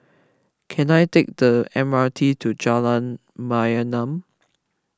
can I take the M R T to Jalan Mayaanam